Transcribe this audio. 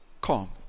calm